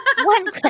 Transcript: One